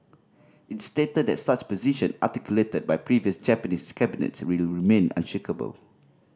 it stated that such position articulated by previous Japanese cabinets will remain unshakeable